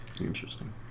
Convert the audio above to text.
Interesting